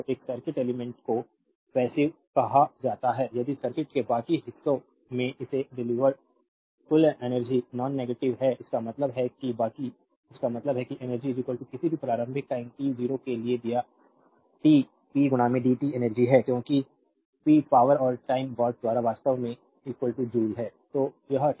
तो एक circuit elements को पैसिव कहा जाता है यदि सर्किट के बाकी हिस्सों से इसे देलीवेरेद कुल एनर्जी नोंनेगटिवे है इसका मतलब है कि बाकी इसका मतलब है कि एनर्जी किसी भी प्रारंभिक टाइम टी 0 के लिए दिया टी पी डीटी एनर्जी है क्योंकि पी पावरऔर टाइम वाट दूसरा वास्तव में जूल है